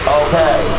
okay